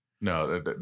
No